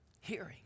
hearing